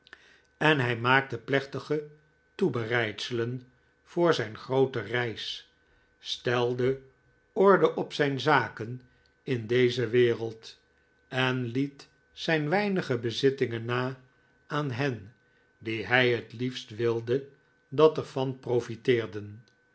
en hij maakte plechtige toebereidselen voor zijn groote reis stelde orde op zijn zaken in deze wereld en liet zijn weinige bezittingen na aan hen die hij het liefst wilde dat er van proflteerden